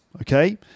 okay